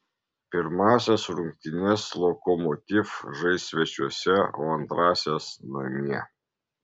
pirmąsias rungtynes lokomotiv žais svečiuose o antrąsias namie